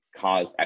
cause